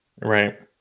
Right